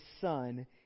son